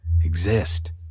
exist